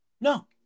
No